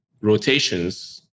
rotations